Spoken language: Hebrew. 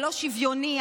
הלא-שוויוני,